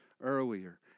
earlier